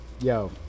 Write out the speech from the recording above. Yo